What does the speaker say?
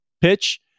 pitch